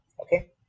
Okay